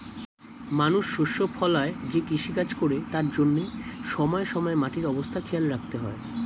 মানুষ শস্য ফলায় যে কৃষিকাজ করে তার জন্যে সময়ে সময়ে মাটির অবস্থা খেয়াল রাখতে হয়